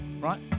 right